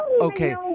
okay